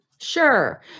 Sure